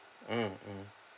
mm mm